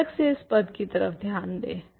अलग से इस पद की तरफ ध्यान दें